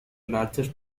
largest